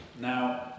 Now